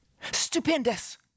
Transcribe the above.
stupendous